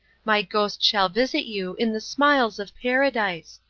my ghost shall visit you in the smiles of paradise,